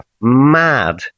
mad